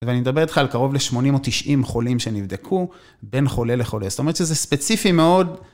ואני מדבר איתך על קרוב ל-80 או 90 חולים שנבדקו בין חולה לחולה. זאת אומרת שזה ספציפי מאוד.